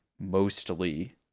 mostly